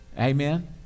amen